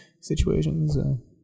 situations